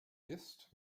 ist